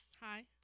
Hi